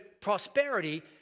prosperity